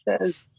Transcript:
says